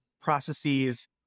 processes